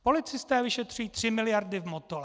Policisté vyšetřují tři miliardy v Motole.